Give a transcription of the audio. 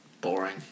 Boring